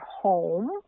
home